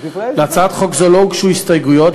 להצעת חוק זו לא הוגשו הסתייגויות,